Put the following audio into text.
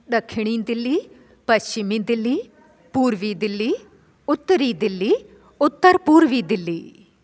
ॾखिणी दिल्ली पश्चिमी दिल्ली पूर्वी दिल्ली उत्तरी दिल्ली उत्तर पूर्वी दिल्ली